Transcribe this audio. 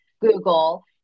Google